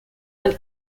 ein